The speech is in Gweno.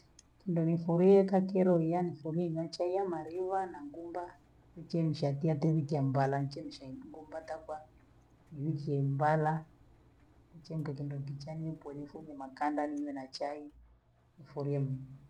Kindo nifuriye ka kilo niya nifurii, nachelea mariva na ngunga, kuchemsha atiatu wiki ya mbala, nichemshwa ingenga takwa, niwikie mbala, achente kindo kichaa ni kulusumu nakaa ndani ninywe na chai nifurieni.